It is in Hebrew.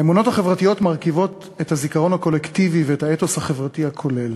האמונות החברתיות מרכיבות את הזיכרון הקולקטיבי ואת האתוס החברתי הכולל.